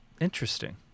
Interesting